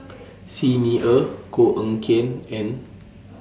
Xi Ni Er Koh Eng Kian and